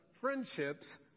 friendships